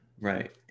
Right